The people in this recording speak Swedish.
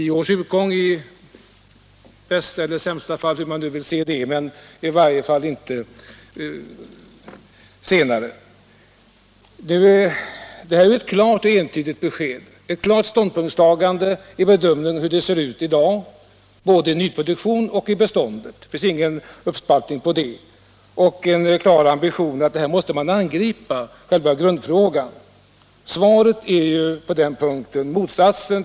Ett sådant förslag skulle följaktligen kunna läggas fram före 1979 års utgång i bästa eller — om man så vill — sämsta fall, i varje fall inte senare. Fru Olssons uttalande innebär ett entydigt besked och ett klart ståndpunktstagande i fråga om bedömningen av hur det i dag ser ut på bostadsmarknaden både beträffande nyproduktion och beträffande nuvarande bostadsbestånd —det görs ingen uppspaltning av detta —och det redovisar klara ambitioner att angripa själva grundfrågan. Svaret redovisar i detta avseende motsatsen.